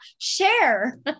share